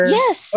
yes